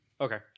Okay